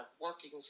working